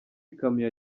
ikamyo